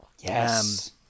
Yes